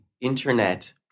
internet